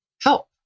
help